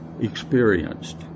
experienced